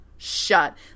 shut